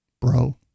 Bro